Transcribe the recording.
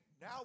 now